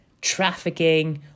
trafficking